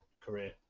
career